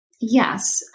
Yes